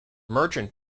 merchant